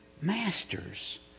masters